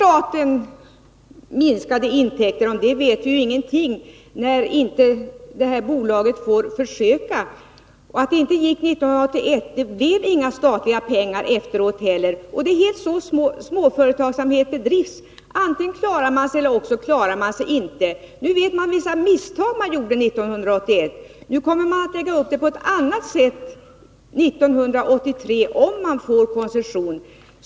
Herr talman! Vi vet ingenting om huruvida staten får minskade intäkter, när detta bolag inte får försöka. Det blev inga statliga pengar efter 1981. Det är så småföretagsamhet bedrivs — antingen klarar man sig eller också klarar man sig inte. Nu vet man vilka misstag man gjorde 1981, och nu kommer man att lägga upp det på ett annat sätt 1983, om man får koncession.